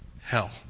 hell